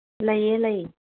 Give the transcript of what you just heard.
ꯂꯩꯌꯦ ꯂꯩꯌꯦ